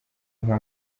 nka